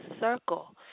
circle